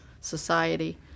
society